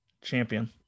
champion